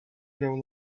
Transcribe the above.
grow